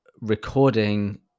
recording